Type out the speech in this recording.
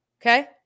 okay